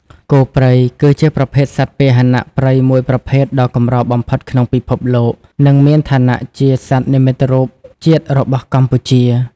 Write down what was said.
គោព្រៃ គឺជាប្រភេទសត្វពាហនៈព្រៃមួយប្រភេទដ៏កម្របំផុតក្នុងពិភពលោក និងមានឋានៈជា សត្វនិមិត្តរូបជាតិរបស់កម្ពុជា។